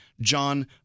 John